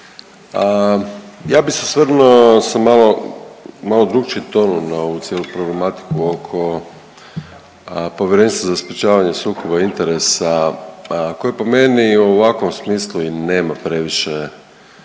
ja bi se osvrnuo sa malo, malo drukčijim tonom na ovu cijelu problematiku oko Povjerenstva za sprječavanje sukoba interesa koje po meni u ovakvom smislu i nema previše,